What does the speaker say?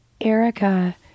Erica